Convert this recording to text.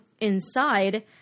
inside –